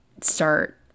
start